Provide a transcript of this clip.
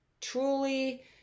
truly